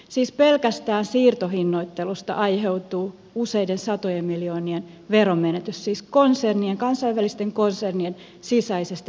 siis pelkästään siirtohinnoittelusta aiheutuu useiden satojen miljoonien veromenetys siis kansainvälisten konsernien sisäisestä siirtohinnoittelusta